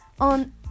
on